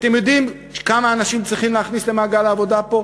אתם יודעים כמה אנשים צריך להכניס למעגל העבודה פה?